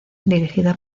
dirigida